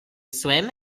swim